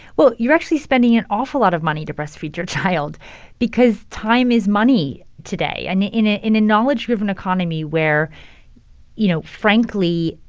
well, you're actually spending an awful lot of money to breastfeed your child because time is money today. and in ah in a knowledge-driven economy where you know, frankly,